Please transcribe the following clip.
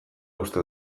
uste